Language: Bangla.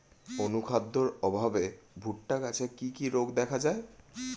অনুখাদ্যের অভাবে ভুট্টা গাছে কি কি রোগ দেখা যায়?